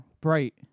bright